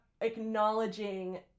acknowledging